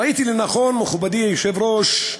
ראיתי לנכון, מכובדי היושב-ראש,